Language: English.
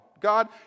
God